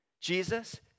Jesus